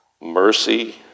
mercy